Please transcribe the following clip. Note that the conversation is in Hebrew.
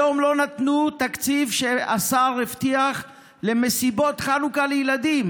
היום לא נתנו תקציב שהשר הבטיח למסיבות חנוכה לילדים,